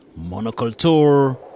Monoculture